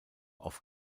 auf